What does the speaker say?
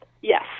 yes